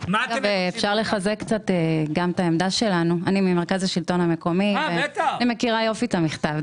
לחזק את העמדה שלנו אני מכירה יופי את המכתב,